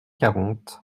quarante